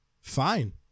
fine